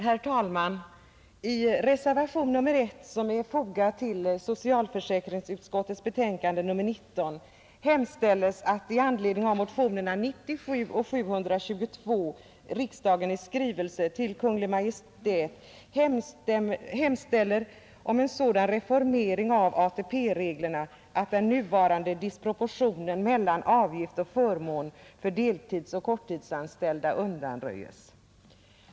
Herr talman! I reservation nr 1 till socialförsäkringsutskottets betänkande nr 19 yrkas att riksdagen i anledning av motionerna 97 och 722 i skrivelse till Kungl. Maj:t måtte hemställa om en sådan reformering av ATP-reglerna att den nuvarande disproportionen mellan avgift och förmån för deltidsoch korttidsanställda undanröjes.